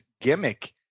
gimmick